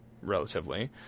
relatively